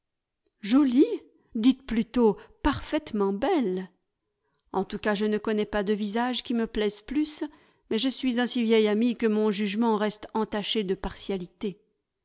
jolie dites plutôt parfaitement belle en tout cas je ne connais pas de visage qui me plaise plus mais je suis un si vieil ami que mon jugement reste entaché de partialité